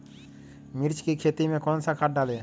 मिर्च की खेती में कौन सा खाद डालें?